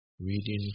Reading